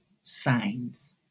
signs